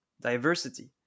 diversity